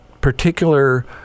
particular